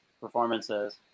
performances